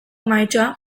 mahaitxoa